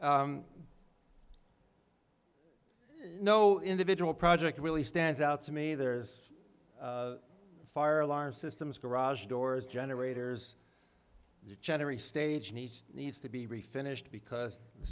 it no individual project really stands out to me there's fire alarm systems garage doors generators generally stage and each needs to be refinished because the